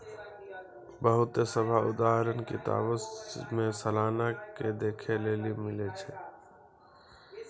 बहुते सभ उदाहरण किताबो मे सलाना के देखै लेली मिलै छै